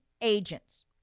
agents